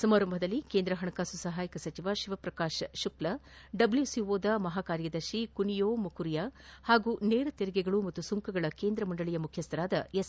ಸಮಾರಂಭದಲ್ಲಿ ಕೇಂದ್ರ ಹಣಕಾಸು ಸಹಾಯಕ ಸಚಿವ ಶಿವಪ್ರಕಾಶ್ ಶುಕ್ಲಾ ಡಬ್ಲೂಸಿಒದ ಮಹಾಕಾರ್ಯದರ್ಶಿ ಕುನಿಯೋ ಮಕುರಿಯಾ ಹಾಗೂ ನೇರ ತೆರಿಗೆಗಳು ಹಾಗೂ ಸುಂಕಗಳ ಕೇಂದ್ರಮಂಡಳಿಯ ಮುಖ್ಯಸ್ಥ ಎಸ್